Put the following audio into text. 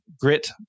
Grit